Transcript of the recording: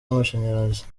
n’amashanyarazi